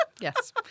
yes